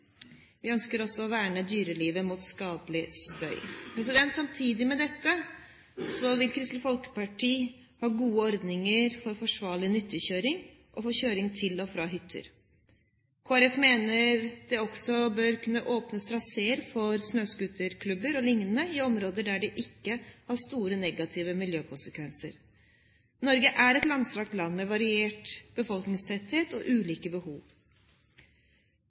Vi ønsker også å verne dyrelivet mot skadelig støy. Samtidig mener Kristelig Folkeparti at det må være gode ordninger for forsvarlig nyttekjøring og for kjøring til og fra hytter. Kristelig Folkeparti mener også at det bør kunne åpnes traseer for snøscooterklubber o.l. i områder der det ikke har store negative miljøkonsekvenser. Norge er et langstrakt land med varierende befolkningstetthet og ulike behov.